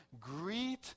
greet